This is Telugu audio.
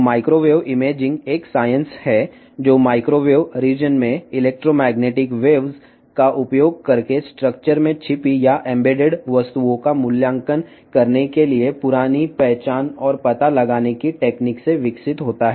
మైక్రోవేవ్ ఇమేజింగ్ అనేది ఒక శాస్త్రం ఇది పూర్వపు గుర్తించే పద్ధతుల నుండి మైక్రోవేవ్ ప్రాంతంలో విద్యుదయస్కాంత తరంగాలను ఉపయోగించి నిర్మాణంలో దాచిన లేదా పొందుపరిచిన వస్తువులను అంచనా వేయుటకు ఉద్భవించింది